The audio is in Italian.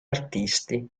artisti